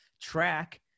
track